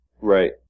Right